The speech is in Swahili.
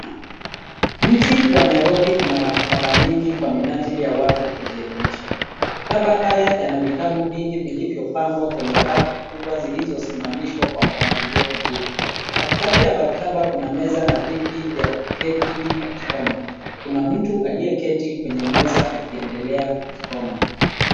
Mji wa Nairobi una maktaba nyingi kwa minajili ya watu kujielimisha. Maktaba haya yana vitabu vingi vilivyopangwa kwenye rafu kubwa zilizosimamaishwa kwa mpangilio nzuri. Katikati ya maktaba kuna meza na viti vya kuketi ili kusoma. Kuna mtu aliyeketi kwenye meza akiendelea kusoma.